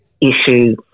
issue